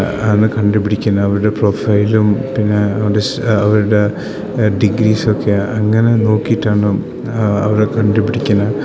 ആണ് കണ്ടു പിടിക്കുന്നത് അവരുടെ പ്രൊഫൈലും പിന്നെ അവരുടെ അവരുടെ ഡിഗ്രീസൊക്കെ അങ്ങനെ നോക്കിയിട്ടാണ് അവർ കണ്ടു പിടിക്കുന്നത്